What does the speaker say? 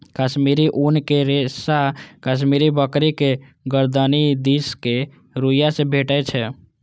कश्मीरी ऊनक रेशा कश्मीरी बकरी के गरदनि दिसक रुइयां से भेटै छै